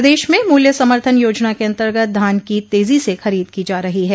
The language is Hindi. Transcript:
प्रदेश में मूल्य समर्थन योजना के अन्तर्गत धान की तेजी से खरीद की जा रही है